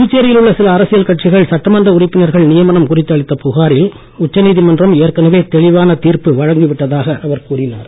புதுச்சேரியில் உள்ள சில அரசியல் கட்சிகள் சட்டமன்ற உறுப்பினர்கள் நியமனம் குறித்து அளித்த புகாரில் உச்ச நீதிமன்றம் ஏற்கனவே தெளிவான தீர்ப்பு வழங்கி விட்டதாக அவர் கூறினார்